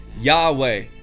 yahweh